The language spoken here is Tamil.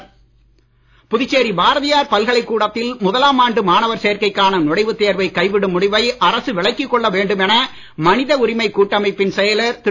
புதுச்சேரி நுழைவுத் தேர்வு புதுச்சேரி பாரதியார் பல்கலைக் கூடத்தில் முதலாம் ஆண்டு மாணவர் சேர்க்கைக்கான நுழைவுத் தேர்வை கைவிடும் முடிவை அரசு விளக்கிக் கொள்ள வேண்டும் என மனித உரிமை கூட்டமைப்பின் செயலர் திரு